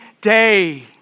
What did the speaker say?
day